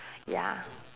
ya